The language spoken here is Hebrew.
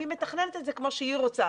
והיא מתכננת את זה כמו שהיא רוצה.